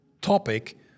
topic